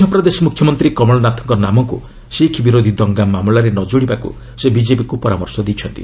ମଧ୍ୟପ୍ରଦେଶ ମୁଖ୍ୟମନ୍ତ୍ରୀ କମଳନାଥଙ୍କ ନାମକୁ ଶିଖ୍ ବିରୋଧୀ ଦଙ୍ଗା ମାମଲାରେ ନ ଯୋଡ଼ିବାକୁ ସେ ବିଜେପିକୁ ପରାମର୍ଶ ଦେଇଛନ୍ତି